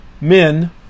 men